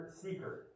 seeker